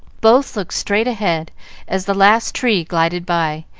both looked straight ahead as the last tree glided by,